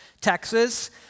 Texas